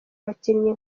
abakinnyi